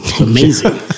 Amazing